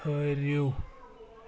ٹھٕہرِو